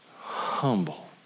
humble